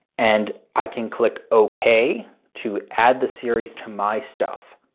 and i can click ok to add the series to my stuff